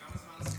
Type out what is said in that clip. כמה זמן הסיפור?